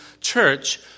church